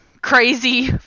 crazy